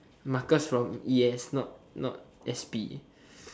Marcus from e_s not not s_p